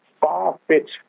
far-fetched